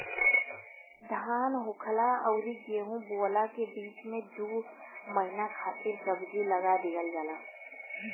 धान होखला अउरी गेंहू बोअला के बीच में दू महिना खातिर सब्जी लगा दिहल जाला